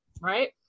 right